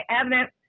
evidence